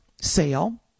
sale